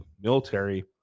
military